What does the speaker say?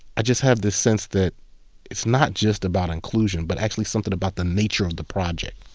i just have this sense that it's not just about inclusion, but actually something about the nature of the project.